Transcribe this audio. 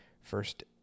first